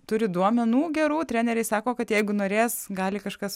turi duomenų gerų treneriai sako kad jeigu norės gali kažkas